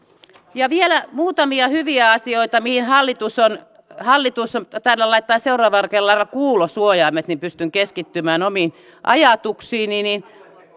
ja vielä muutamia hyviä asioita mihin hallitus on hallitus on taidan laittaa seuraavalla kerralla kuulosuojaimet niin pystyn keskittymään omiin ajatuksiini